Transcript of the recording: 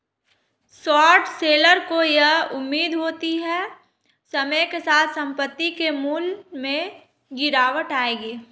short seller को यह उम्मीद होती है समय के साथ संपत्ति के मूल्य में गिरावट आएगी